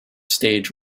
stage